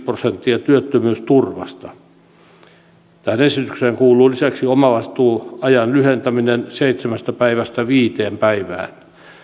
prosenttia työttömyysturvasta tähän esitykseen kuuluu lisäksi omavastuuajan lyhentäminen seitsemästä päivästä viiteen päivään